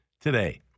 today